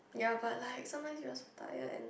ya but like sometimes you are so tired and